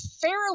fairly